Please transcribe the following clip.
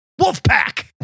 Wolfpack